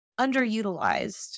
underutilized